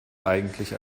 eigentlich